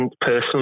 personally